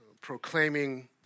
proclaiming